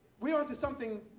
we are on to something